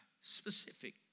Specific